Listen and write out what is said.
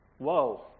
Whoa